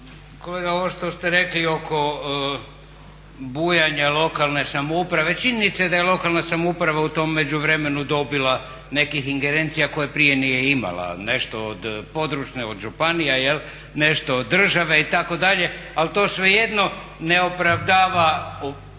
Kolega, ovo što ste rekli oko bujanja lokalne samouprave činjenica je da je lokalna samouprava u tom međuvremenu dobila nekih ingerencija koje prije nije imala, nešto od područne, od županija jel', nešto od države itd. ali to svejedno ne opravdava